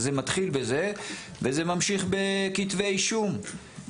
זה מתחיל בזה וזה ממשיך בכתבי אישום.